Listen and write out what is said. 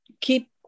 keep